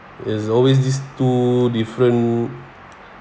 is always this two different